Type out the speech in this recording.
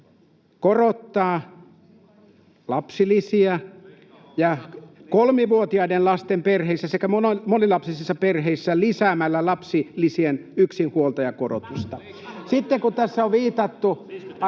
vammaisilta!] ja kolmivuotiaiden lasten perheissä sekä monilapsisissa perheissä lisätään lapsilisien yksinhuoltajakorotusta. [Timo Harakka: Te leikkaatte